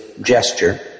gesture